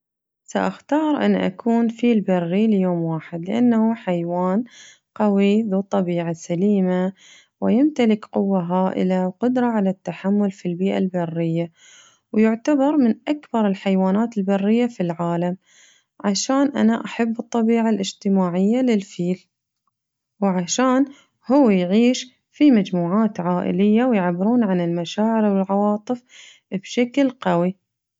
سأختار أن أكون فيل بري ليوم واحد لأنه حيوان ذو طبيعة سليمة ويمتلك قدرة على التحمل في البيئة البرية ويعتبر من أكبر الحيوانات البرية في العالم عشان أنا أحب الطبيعة الاجتماعية للفيل وعشان هو يعيش في مجموعات عائلية ويعبرون عن المشاعر والعواطف بشكل قوي.